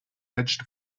edged